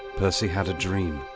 percy had a dream.